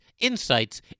insights